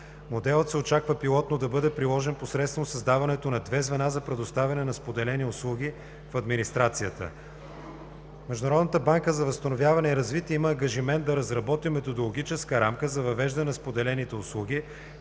Моделът се очаква пилотно да бъде приложен посредством създаването на две звена за предоставяне на споделени услуги в администрацията. Международната банка за възстановяване и развитие има ангажимент да разработи Методическа рамка за въвеждане на споделените услуги,